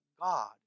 God